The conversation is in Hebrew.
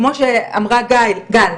כמו שאמרה גל,